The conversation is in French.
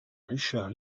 richard